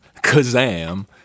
Kazam